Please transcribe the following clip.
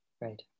Right